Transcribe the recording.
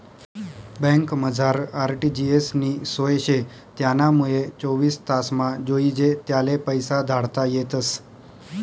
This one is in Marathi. बँकमझार आर.टी.जी.एस नी सोय शे त्यानामुये चोवीस तासमा जोइजे त्याले पैसा धाडता येतस